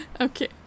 Okay